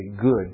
good